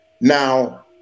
now